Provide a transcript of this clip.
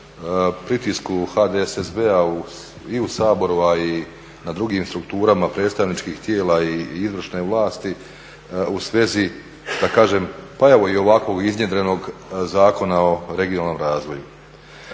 pritisku HDSSB-a i u Saboru, a i na drugim strukturama predstavničkih tijela i izvršne vlasti u svezi da kažem pa evo i ovako iznjedrenog Zakona o regionalnom razvoju.